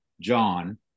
John